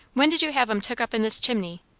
when did you have em took up in this chimney?